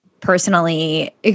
personally